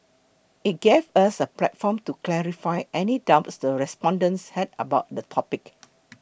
it gave us a platform to clarify any doubts the respondents had about the topic